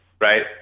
Right